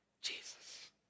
Jesus